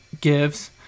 gives